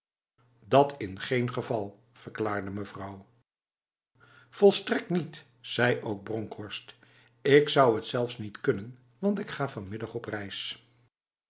dat in geen geval verklaarde mevrouw volstrekt niet zei ook bronkhorst ik zou het zelfs niet kunnen want ik ga vanmiddag op reis